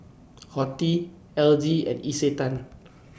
Horti L G and Isetan